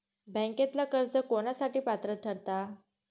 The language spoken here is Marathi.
बँकेतला कर्ज कोणासाठी पात्र ठरता?